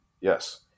yes